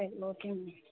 சரி okay ma'am